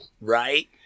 Right